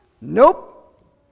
Nope